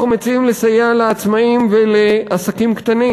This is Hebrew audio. אנחנו מציעים לסייע לעצמאים ולעסקים קטנים.